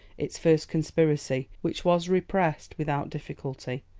its first conspiracy, which was repressed without difficulty,